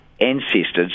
ancestors